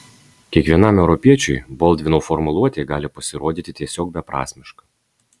kiekvienam europiečiui boldvino formuluotė gali pasirodyti tiesiog beprasmiška